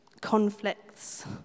conflicts